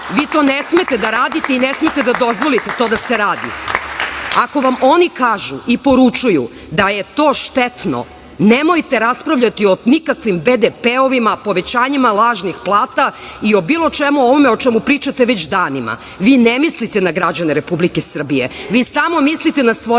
vi to ne smete da radite i ne smete da dozvolite da se to radi. Ako vam oni kažu i poručuju da je to štetno nemojte raspravljati o nikakvim BDP-eovima, povećanjima lažnih plata i o bilo čemu o ovome o čemu pričate već danima. Vi ne mislite na građane Republike Srbije, vi samo mislite na svoje